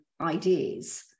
ideas